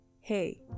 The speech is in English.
hey